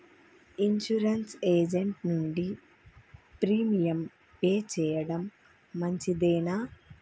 Insurance agent నుండి premium pay చేయడం మంచిదేనా?